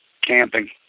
camping